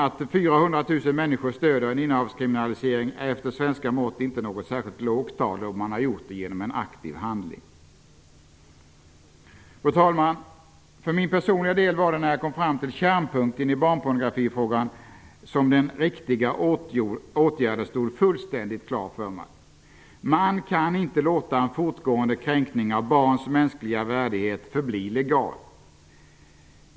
Att 400 000 människor stöder en innehavskriminalisering är med svenska mått mätt inte något särskilt lågt tal. Man har visat detta stöd genom en aktiv handling. Fru talman! För min personliga del var det när jag kom fram till kärnpunkten i barnpornografifrågan som den riktiga åtgärden stod fullständigt klar för mig. Man kan inte låta en fortgående kränkning av barns mänskliga värdighet förbli legal.